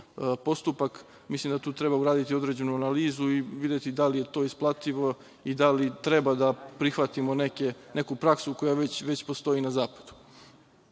postupak. Mislim, da tu treba uraditi određenu analizu i videti da li je to isplativo i da li treba da prihvatimo neku praksu koja već postoji na zapadu. Otvorio